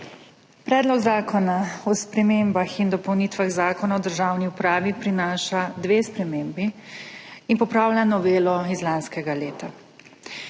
Predlog zakona o spremembah in dopolnitvah Zakona o državni upravi prinaša dve spremembi in popravlja novelo iz lanskega leta.